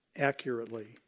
Accurately